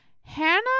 Hannah